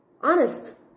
honest